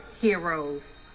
heroes